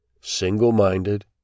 single-minded